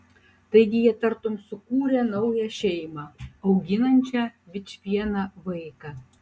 taigi jie tartum sukūrė naują šeimą auginančią vičvieną vaiką